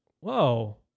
whoa